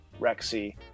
Rexy